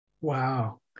Wow